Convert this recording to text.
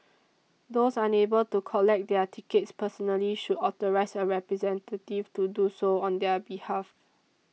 those unable to collect their tickets personally should authorise a representative to do so on their behalf